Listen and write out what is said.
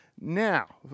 now